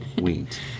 Wheat